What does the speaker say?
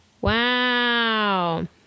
Wow